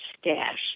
stash